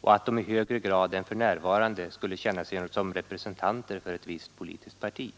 så att de i högre grad än för närvarande skulle känna sig som representanter för ett visst politiskt parti.